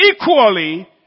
equally